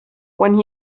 when